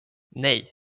nej